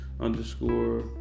underscore